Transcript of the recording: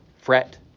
fret